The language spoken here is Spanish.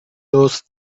dos